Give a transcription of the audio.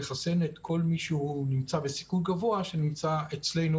לחסן את כל מי שנמצא בסיכון גבוה שנמצא אצלנו